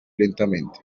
lentamente